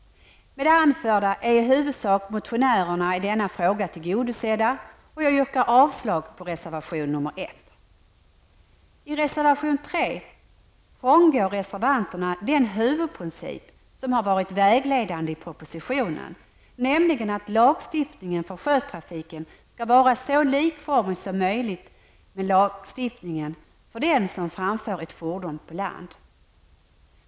Med det anförda är i huvudsak motionärerna i denna fråga tillgodosedda, och jag yrkar avslag på reservation nr 1. I reservation nr 3 frångår reservanterna den huvudprincip som har varit vägledande i propositionen, nämligen att lagstiftningen för sjötrafiken skall vara så likformig som möjligt med lagstiftningen för den som framför ett fordon på land.